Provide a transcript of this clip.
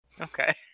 Okay